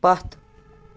پَتھ